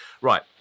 Right